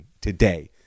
today